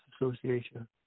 Association